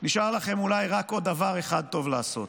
נשאר לכם אולי רק עוד דבר אחד טוב לעשות.